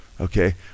okay